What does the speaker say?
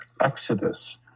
exodus